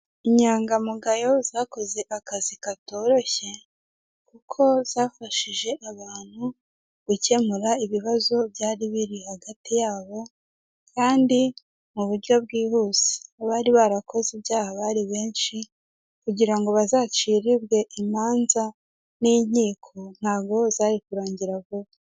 Inyangamugayo zakoze akazi katoroshye, kuko zafashije abantu gukemura ibibazo byari biri hagati yabo, kandi mu buryo bwihuse, abariri barakoze ibyaha bari benshi kugira ngo bazaciribwe imanza n'inkiko ntabwo zari kurangira vuba.